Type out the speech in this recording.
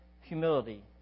humility